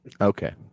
Okay